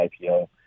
IPO